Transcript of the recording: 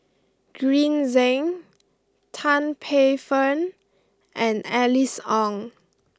Green Zeng Tan Paey Fern and Alice Ong